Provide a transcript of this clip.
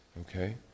Okay